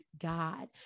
God